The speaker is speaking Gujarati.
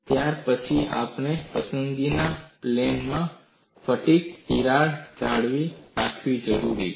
ત્યાં ફરીથી આપણી પસંદગીના પ્લેનમાં ફ્ટીક તિરાડ જાળવી રાખવી જરૂરી છે